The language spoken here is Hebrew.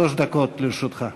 שלוש דקות לרשותך.